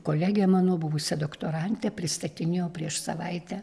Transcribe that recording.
kolege mano buvusia doktorante pristatinėjau prieš savaitę